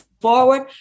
forward